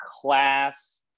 class